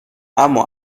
اما